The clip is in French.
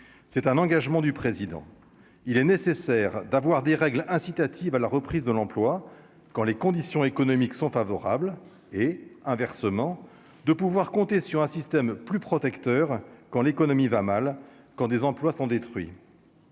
c'est un engagement du président, il est nécessaire d'avoir des règles incitative à la reprise de l'emploi quand les conditions économiques sont favorables, et inversement, de pouvoir compter sur un système plus protecteur quand l'économie va mal, quand des emplois sont détruits